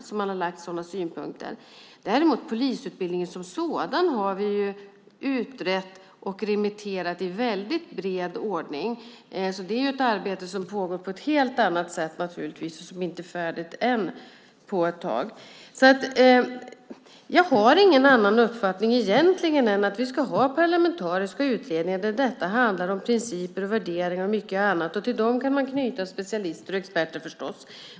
Däremot har vi utrett och remitterat polisutbildningen som sådan i mycket bred ordning. Det är ett arbete som pågår på ett helt annat sätt och som inte är färdigt än på ett tag. Jag har ingen annan uppfattning än att vi ska ha parlamentariska utredningar där det handlar om principer och värderingar och mycket annat. Till dem kan man förstås knyta specialister och experter.